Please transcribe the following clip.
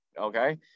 okay